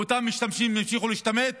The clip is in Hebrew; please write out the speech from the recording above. ואותם משתמטים ימשיכו להשתמט